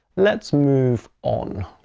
let's move on.